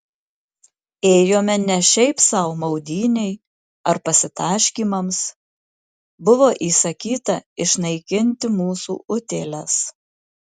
ėjome ne šiaip sau maudynei ar pasitaškymams buvo įsakyta išnaikinti mūsų utėles